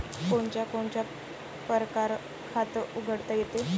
कोनच्या कोनच्या परकारं खात उघडता येते?